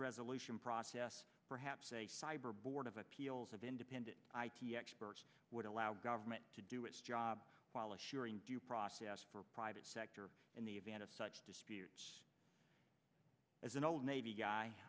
resolution process perhaps a cyber board of appeals of independent experts would allow government to do its job while assuring due process for private sector in the event of such disputes as an old navy